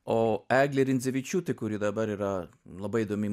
o eglė rindzevičiūtė kuri dabar yra labai įdomi